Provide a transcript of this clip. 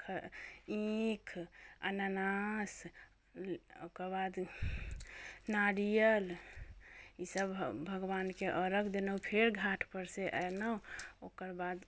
खऽ ईख अनानास ओकर बाद नारियल ई सभ हम भगवानके अर्घ देनहुँ फेर घाटपर से एनहुँ ओकर बाद